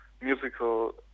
musical